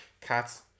Cats